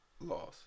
loss